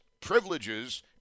privileges